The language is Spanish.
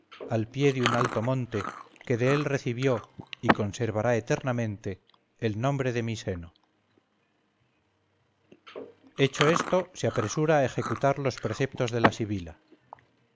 al pie de un alto monte que de él recibió y conservará eternamente el nombre de miseno hecho esto se apresura a ejecutar los preceptos de la sibila